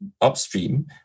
upstream